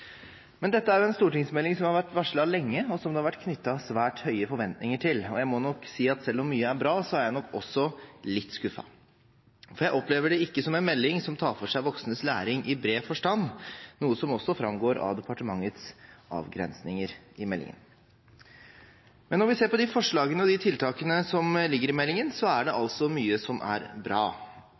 Men dette er en stortingsmelding som har vært varslet lenge, og som det har vært knyttet svært høye forventninger til, og jeg må nok si at selv om mye er bra, er jeg også litt skuffet, for jeg opplever det ikke som en melding som tar for seg voksnes læring i bred forstand, noe som også framgår av departementets avgrensninger i meldingen. Men når vi ser på de forslagene og de tiltakene som ligger i meldingen, er det altså mye som er bra.